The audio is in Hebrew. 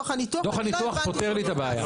דוח הניתוח פותר לי את הבעיה.